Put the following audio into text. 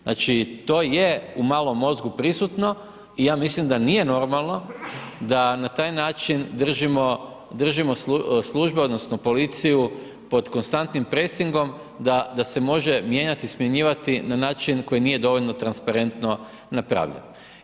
Znači, to je u malom mozgu prisutno i ja mislim da nije normalno da na taj način držimo službe odnosno policiju pod konstantnim presingom da se može mijenjati i smjenjivati na način koji nije dovoljno transparentno napravljen.